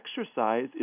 Exercise